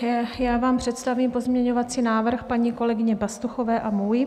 Já vám představím pozměňovací návrh paní kolegyně Pastuchové a svůj.